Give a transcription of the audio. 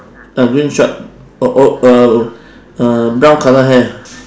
ah green short oh oh err uh brown colour hair